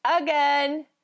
again